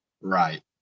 right